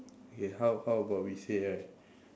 K how how about we say right